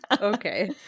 okay